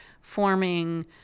forming